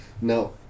No